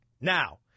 Now